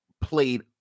played